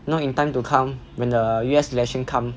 you know in time to come when the U_S elections come